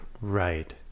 Right